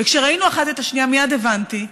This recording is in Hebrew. וכשראינו אחת את השנייה מייד הבנתי,